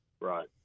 Right